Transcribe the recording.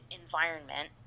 environment